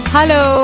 Hello